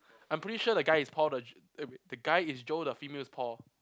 I'm pretty the guy is Paul the the guy is Joe the female is Paul